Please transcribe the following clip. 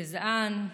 גזען,